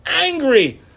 angry